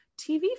tv